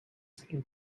second